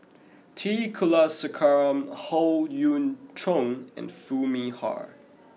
T Kulasekaram Howe Yoon Chong and Foo Mee Har